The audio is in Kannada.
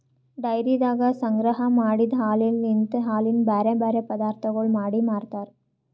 ಡೈರಿದಾಗ ಸಂಗ್ರಹ ಮಾಡಿದ್ ಹಾಲಲಿಂತ್ ಹಾಲಿನ ಬ್ಯಾರೆ ಬ್ಯಾರೆ ಪದಾರ್ಥಗೊಳ್ ಮಾಡಿ ಮಾರ್ತಾರ್